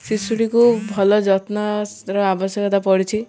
ଶିଶୁଡ଼ିକୁ ଭଲ ଯତ୍ନର ଆବଶ୍ୟକତା ପଡ଼ିଛି